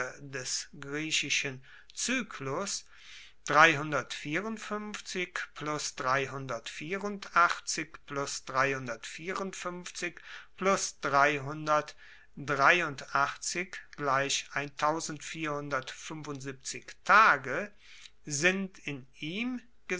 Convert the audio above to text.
des griechischen zyklus tage sind in ihm